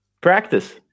Practice